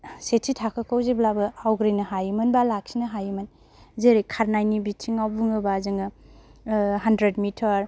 सेथि थाखोखौ जेब्लाबो आवग्रिनो हायोमोन बा लाखिनो हायोमोन जेरै खारनायनि बिथिङाव बुङोबा जोङो हानद्रेद मिटार